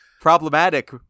problematic